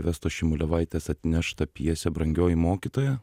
vestos šimuliavaitės atneštą pjesę brangioji mokytoja